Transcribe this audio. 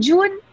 June